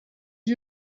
you